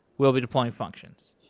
we'll be deploying functions.